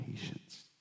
patience